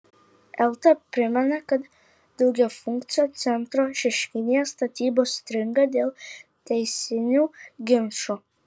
elta primena kad daugiafunkcio centro šeškinėje statybos stringa dėl teisinių ginčų